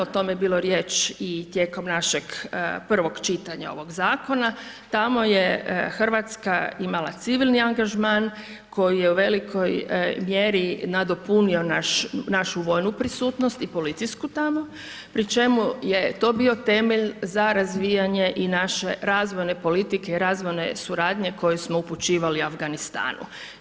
O tome je bilo riječ i tijekom našeg prvog čitanja ovog Zakona, tamo je RH imala civilni angažman koji je u velikoj mjeri nadopunio našu vojnu prisutnost i policijsku tamo, pri čemu je to bio temelj za razvijanje i naše razvojne politike i razvojne suradnje koju smo upućivali Afganistanu.